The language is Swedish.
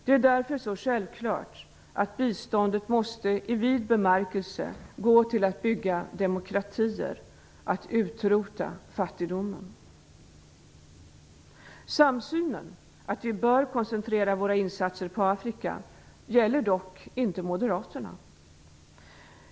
Det är därför så självklart att biståndet i vid bemärkelse måste gå till att bygga demokratier och till att utrota fattigdomen. Samsynen, att vi bör koncentrera våra insatser på Afrika, gäller dock inte Moderaterna.